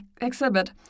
exhibit